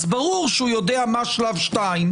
אז ברור שהוא יודע מה השלב השני,